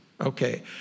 Okay